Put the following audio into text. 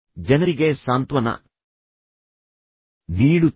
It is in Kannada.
ಜನರಿಗೆ ಸಾಂತ್ವನ ನೀಡುತ್ತದೆ